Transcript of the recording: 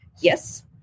yes